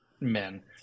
men